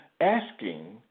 asking